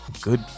good